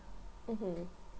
mmhmm